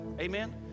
Amen